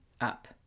up